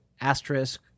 asterisk